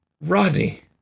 Rodney